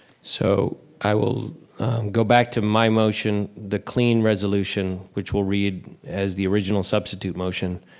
so i will go back to my motion, the clean resolution, which will read as the original substitute motion,